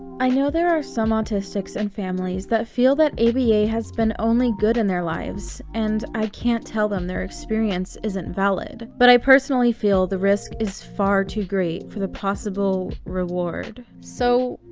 i know there are some autistics and families that feel that aba has been only good in their lives and i can't tell them their experience isn't valid. but i personally feel the risk is far too great for the possible reward. so,